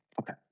Okay